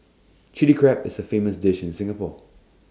Chilli Crab is A famous dish in Singapore